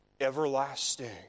everlasting